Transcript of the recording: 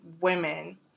women